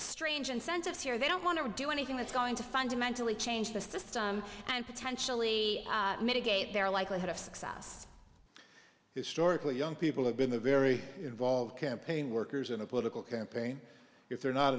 strange incentives here they don't want to do anything that's going to fundamentally change the system and potentially mitigate their likelihood of success historically young people have been a very involved campaign workers in a political campaign if they're not